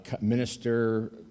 minister